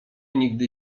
nigdy